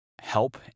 help